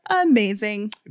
amazing